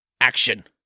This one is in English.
Action